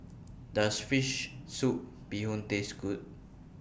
Does Fish Soup Bee Hoon Taste Good